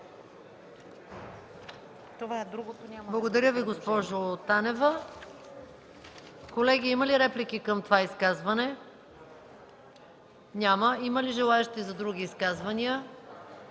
Благодаря Ви, госпожо Танева. Колеги, има ли реплики към това изказване? Няма. Има ли желаещи за други изказвания?